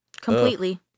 Completely